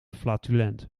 flatulent